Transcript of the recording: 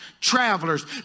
Travelers